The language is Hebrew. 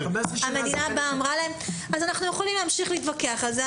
אנחנו יכולים להמשיך להתווכח על זה,